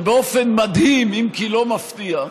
שבאופן מדהים, אם כי לא מפתיע,